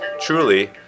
truly